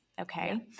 Okay